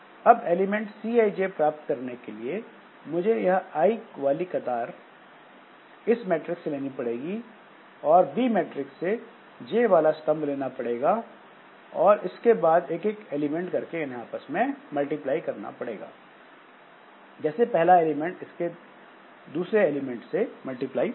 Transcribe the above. अब element cij प्राप्त करने के लिए मुझे यह i वाली कतार इस A मेट्रिक्स से लेनी पड़ेगी और B मैट्रिक्स से j वाला स्तंभ लेना पड़ेगा और इसके बाद एक एक एलिमेंट लेकर इन्हें आपस में मल्टीप्लाई करना पड़ेगा जैसे पहला एलिमेंट इसके दूसरे एलिमेंट से मल्टीप्लाई होगा